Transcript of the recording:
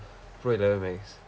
pro eleven max